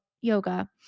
yoga